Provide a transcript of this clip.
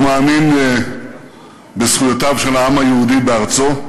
הוא מאמין בזכויותיו של העם היהודי בארצו,